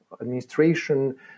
administration